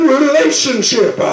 relationship